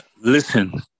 Listen